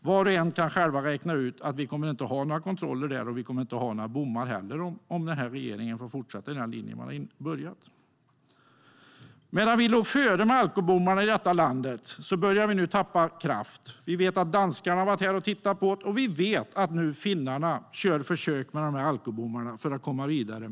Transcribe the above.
Var och en kan själv räkna ut att vi inte kommer att ha några kontroller där och inte heller kommer att ha några bommar, om den här regeringen får fortsätta på den linje som man har börjat. Vi låg före med alkobommarna här i landet, men nu börjar vi tappa kraft. Vi vet att danskar har varit här och tittat, och vi vet att finnarna nu gör försök med alkobommarna för att komma vidare.